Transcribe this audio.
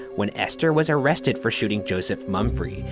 when esther was arrested for shooting joseph mumfre,